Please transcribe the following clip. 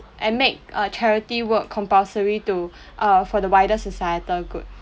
and make uh charity work compulsory to err for the wider societal good